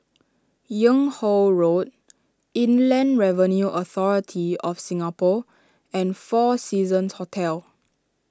Yung Ho Road Inland Revenue Authority of Singapore and four Seasons Hotel